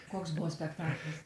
koks buvo spektaklis